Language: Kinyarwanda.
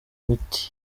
imiti